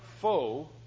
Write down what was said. foe